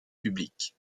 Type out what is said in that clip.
public